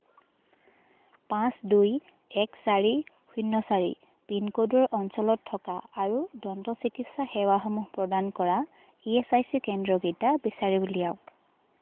পাঁচ দুই এক চাৰি শূন্য চাৰি পিনক'ডৰ অঞ্চলত থকা আৰু দন্ত চিকিৎসা সেৱাসমূহ প্ৰদান কৰা ই এচ আই চি কেন্দ্ৰকেইটা বিচাৰি উলিয়াওক